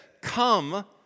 Come